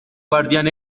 guardián